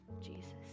jesus